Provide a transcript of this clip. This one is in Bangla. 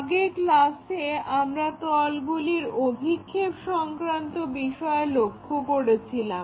আগের ক্লাসে আমরা তলগুলির অভিক্ষেপ সংক্রান্ত বিষয় লক্ষ করেছিলাম